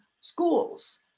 schools